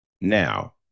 Now